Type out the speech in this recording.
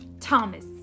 Thomas